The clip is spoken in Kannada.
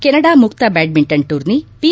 ಕೆನಡಾ ಮುಕ್ತ ಬ್ಯಾಡ್ಮಿಂಟನ್ ಟೂರ್ನಿ ಪಿ